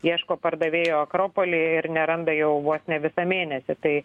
ieško pardavėjo akropoly ir neranda jau vos ne visą mėnesį tai